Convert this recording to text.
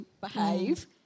behave –